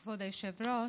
כבוד היושב-ראש,